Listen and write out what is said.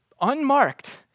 unmarked